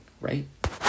right